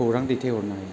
खौरां दैथाय हरनो हायो